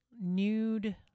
nude